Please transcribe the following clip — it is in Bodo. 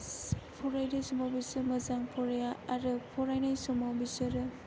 फरायनाय समाव बिसोर मोजां फराया आरो फरायनाय समाव बिसोरो